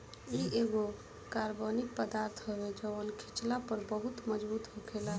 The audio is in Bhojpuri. इ एगो कार्बनिक पदार्थ हवे जवन खिचला पर बहुत मजबूत होखेला